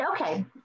okay